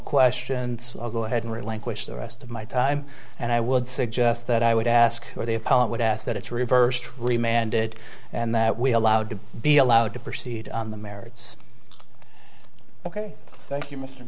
questions i'll go ahead and relinquish the rest of my time and i would suggest that i would ask for the appellate would ask that it's reversed re mandated and that we allowed to be allowed to proceed on the merits ok thank you m